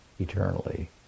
eternally